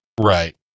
right